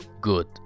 good